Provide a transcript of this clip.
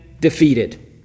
defeated